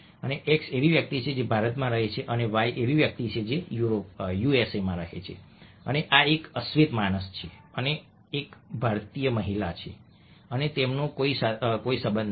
અને x એવી વ્યક્તિ છે જે ભારતમાં રહે છે અને y એવી વ્યક્તિ છે જે યુએસએમાં રહે છે અને આ એક અશ્વેત માણસ છે અને આ એક ભારતીય મહિલા છે અને તેમનો કોઈ સંબંધ નથી